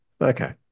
Okay